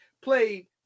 played